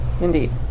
Indeed